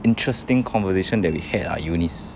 interesting conversation that we had ah eunice